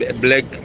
black